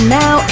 now